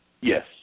Yes